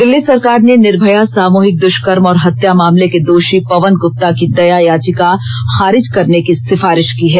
दिल्ली सरकार ने निर्भया सामूहिक दुष्कर्म और हत्या मामले के दोषी पवन गुप्ता की दया याचिका खारिज करने की सिफारिश की है